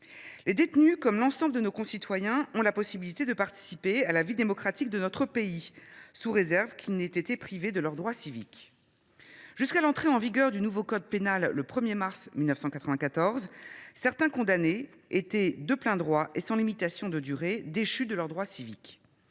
Les détenus, comme l’ensemble de nos concitoyens, ont la possibilité de participer à la vie démocratique de notre pays, sous réserve qu’ils n’aient pas été privés de leurs droits civiques. Jusqu’à l’entrée en vigueur du nouveau code pénal, le 1mars 1994, certains condamnés étaient, de plein droit et sans limitation de durée, déchus de leurs droits civiques.